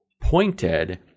pointed